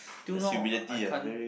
till now I can't